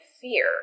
fear